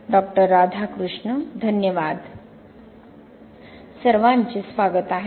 doctor Radhakrishna धन्यवाद प्राध्यापक - प्राध्यापक संभाषण संपले सर्वांचे स्वागत आहे